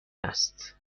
است